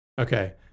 Okay